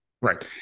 Right